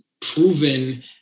proven